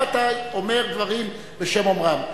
גם אם אתה אומר דברים בשם אומרם.